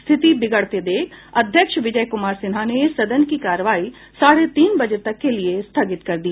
स्थिति बिगड़ते देख अध्यक्ष विजय कुमार सिन्हा ने सदन की कार्यवाही साढ़े तीन बजे तक के लिए स्थगित कर दी